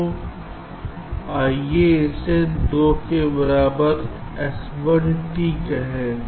तो आइए इसे 2 के बराबर s1 t कहें